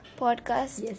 podcast